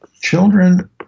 children